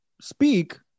speak